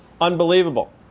unbelievable